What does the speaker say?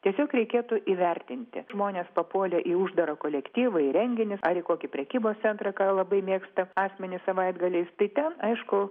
tiesiog reikėtų įvertinti žmonės papuolę į uždarą kolektyvą į renginius ar kokį prekybos centrą ką labai mėgsta asmenys savaitgaliais tai ten aišku